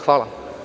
Hvala.